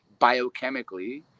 biochemically